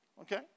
Okay